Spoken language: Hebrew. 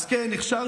דרישה.